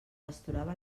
pasturava